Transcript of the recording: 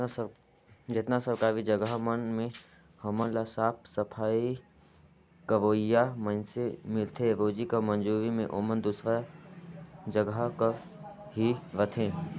जेतना सरकारी जगहा मन में हमन ल साफ सफई करोइया मइनसे मिलथें रोजी कर मंजूरी में ओमन दूसर जगहा कर ही रहथें